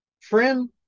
friend